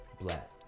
black